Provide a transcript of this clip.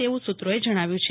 તેવુ સુ ત્રોએ જ્ણાવ્યુ છે